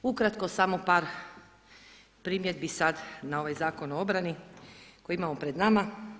Ukratko samo par primjedbi sada na ovaj Zakon o obrani koji imamo pored nama.